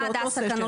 אז למה הדסה קנו